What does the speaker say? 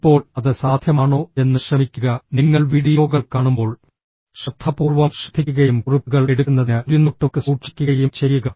ഇപ്പോൾ അത് സാധ്യമാണോ എന്ന് ശ്രമിക്കുക നിങ്ങൾ വീഡിയോകൾ കാണുമ്പോൾ ശ്രദ്ധാപൂർവ്വം ശ്രദ്ധിക്കുകയും കുറിപ്പുകൾ എടുക്കുന്നതിന് ഒരു നോട്ട്ബുക്ക് സൂക്ഷിക്കുകയും ചെയ്യുക